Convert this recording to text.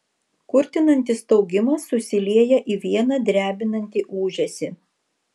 kurtinantis staugimas susilieja į vieną drebinantį ūžesį